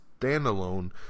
standalone